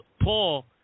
Paul